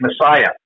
Messiah